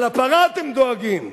לפרה אתם דואגים,